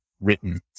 written